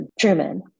Truman